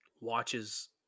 watches